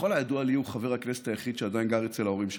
וככל הידוע לי הוא חבר הכנסת היחיד שעדיין גר אצל ההורים שלו.